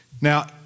Now